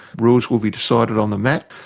rules will be decided on the mat.